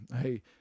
hey